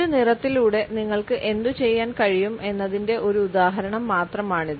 ഒരു നിറത്തിലൂടെ നിങ്ങൾക്ക് എന്തുചെയ്യാൻ കഴിയും എന്നതിന്റെ ഒരു ഉദാഹരണം മാത്രമാണിത്